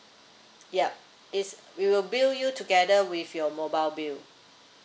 yup is we will bill you together with your mobile bill